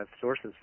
sources